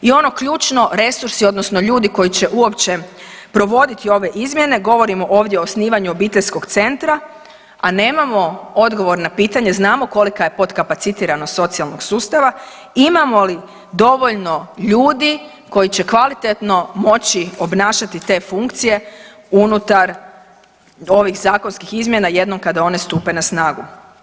I ono ključno, resursi odnosno ljudi koji će uopće provoditi ove izmjene, govorim ovdje o osnivanju obiteljskog centra, a nemamo odgovor na pitanje znamo kolika je podkapacitiranost socijalnog sustava, imamo li dovoljno ljudi koji će kvalitetno moći obnašati te funkcije unutar ovih zakonskih izmjena jednom kada one stupe na snagu.